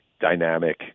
dynamic